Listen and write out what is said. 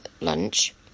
lunch